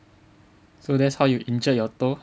so that's how you injured your toes